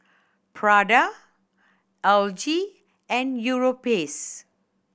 Prada L G and Europace